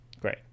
Great